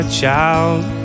child